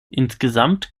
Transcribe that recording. insgesamt